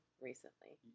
recently